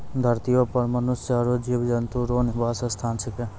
धरतीये पर मनुष्य आरु जीव जन्तु रो निवास स्थान छिकै